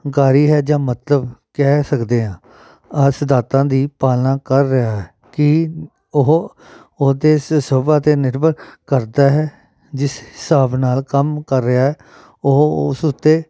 ਹੰਕਾਰੀ ਹੈ ਜਾਂ ਮਤਲਬ ਕਹਿ ਸਕਦੇ ਹਾਂ ਆਹ ਸਿਧਾਂਤਾਂ ਦੀ ਪਾਲਣਾ ਕਰ ਰਿਹਾ ਹੈ ਕੀ ਉਹ ਉਹਦੇ ਇਸ ਸੁਭਾਅ 'ਤੇ ਨਿਰਭਰ ਕਰਦਾ ਹੈ ਜਿਸ ਹਿਸਾਬ ਨਾਲ ਕੰਮ ਕਰ ਰਿਹਾ ਐ ਉਹ ਉਸ ਉੱਤੇ